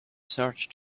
search